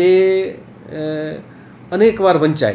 એ અનેક વાર વંચાય